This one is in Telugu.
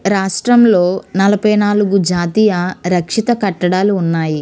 రాష్ట్రంలో నలభై నాలుగు జాతీయ రక్షిత కట్టడాలు ఉన్నాయి